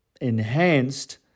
enhanced